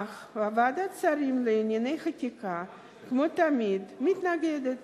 אך ועדת השרים לענייני חקיקה, כמו תמיד, מתנגדת,